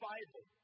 Bible